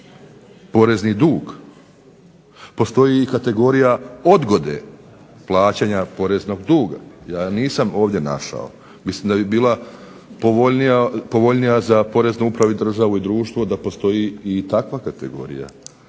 porezni dug, postoji i kategorija odgode plaćanja poreznog duga. Ja nisam ovdje našao. Mislim da bi bila povoljnija za poreznu upravu i državu i društvo da postoji i takva kategorija.